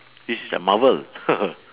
this is like marvel